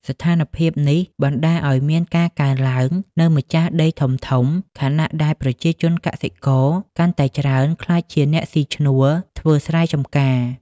ស្ថានភាពនេះបណ្ដាលឱ្យមានការកើនឡើងនូវម្ចាស់ដីធំៗ ខណៈដែលប្រជាកសិករកាន់តែច្រើនក្លាយជាអ្នកស៊ីឈ្នួលធ្វើស្រែចម្ការ។